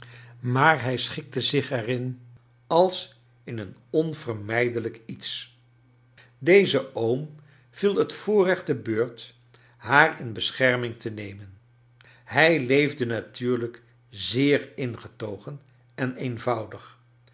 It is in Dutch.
maar hij schikte zich er in als in een onvermijdelijk iets dezen oom viel het voorrecht te beurt haar in bescherming te nemen hij leefde natuurlijk zeer ingetogen en eenvoudig